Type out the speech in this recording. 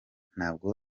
ntabwo